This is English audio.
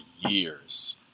years